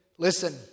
Listen